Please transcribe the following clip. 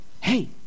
hey